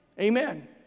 Amen